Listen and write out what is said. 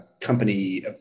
company